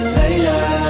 later